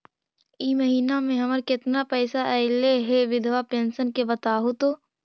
इ महिना मे हमर केतना पैसा ऐले हे बिधबा पेंसन के बताहु तो?